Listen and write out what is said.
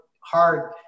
hard